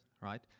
right